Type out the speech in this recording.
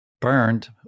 burned